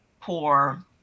poor